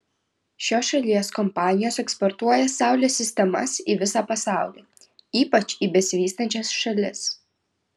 šios šalies kompanijos eksportuoja saulės sistemas į visą pasaulį ypač į besivystančias šalis